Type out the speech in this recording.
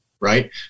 right